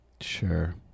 Sure